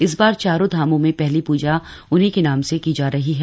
इस बार चारों धामों में पहली पूजा उन्हीं के नाम से की जा रही है